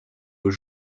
aux